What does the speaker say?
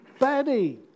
baddie